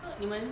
so 你们